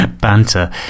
banter